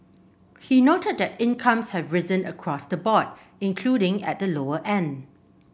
he noted that incomes have risen across the board including at the lower end